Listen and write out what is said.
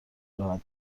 راحت